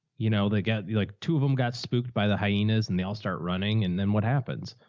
you know, they get like two of them got spooked by the hyenas and they all start running. and then what happens?